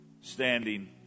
standing